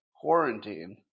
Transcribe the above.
quarantine